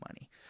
money